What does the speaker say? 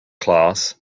class